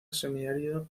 semiárido